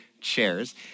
chairs